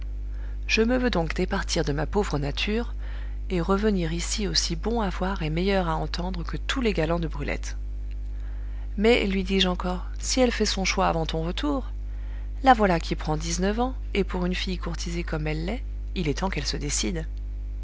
je me veux donc départir de ma pauvre nature et revenir ici aussi bon à voir et meilleur à entendre que tous les galants de brulette mais lui dis-je encore si elle fait son choix avant ton retour la voilà qui prend dix-neuf ans et pour une fille courtisée comme elle l'est il est temps qu'elle se décide